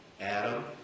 Adam